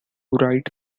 write